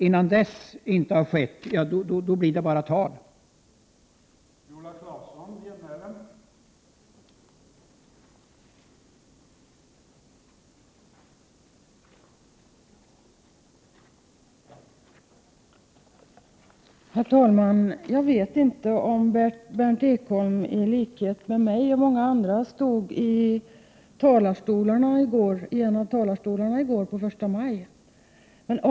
Om så inte sker, blir detta bara fagert tal.